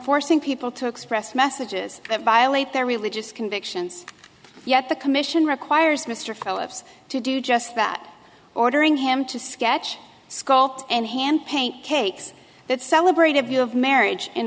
forcing people to express messages that violate their religious convictions yet the commission requires mr phillips to do just that ordering him to sketch sculpt and hand paint cakes that celebrate a view of marriage in